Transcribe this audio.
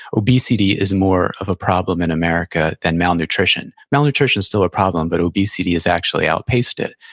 obesity is more of a problem in america than malnutrition. malnutrition's still a problem, but obesity has actually outpaced it.